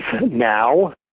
now